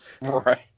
Right